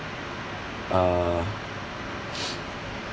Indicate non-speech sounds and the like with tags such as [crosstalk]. uh [noise]